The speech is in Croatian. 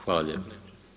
Hvala lijepa.